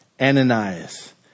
Ananias